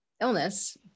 illness